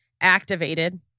activated